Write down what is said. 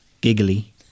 giggly